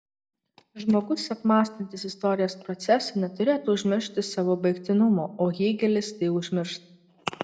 žmogus apmąstantis istorijos procesą neturėtų užmiršti savo baigtinumo o hėgelis tai užmiršta